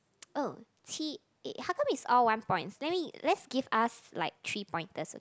oh eh how come is all one points let me let's give us like three pointers